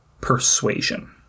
persuasion